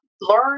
learn